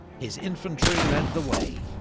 his infantry led the way,